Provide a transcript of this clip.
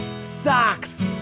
Socks